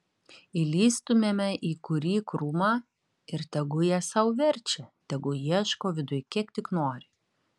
įlįstumėme į kurį krūmą ir tegu jie sau verčia tegu ieško viduj kiek tik nori